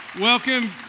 Welcome